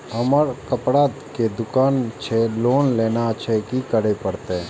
हमर कपड़ा के दुकान छे लोन लेनाय छै की करे परतै?